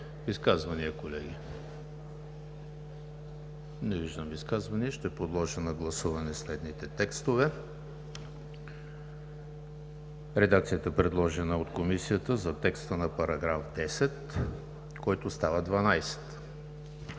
Изказвания, колеги? Не виждам. Ще подложа на гласуване следните текстове: редакцията, предложена от Комисията за текста на § 10, който става §